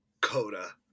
Coda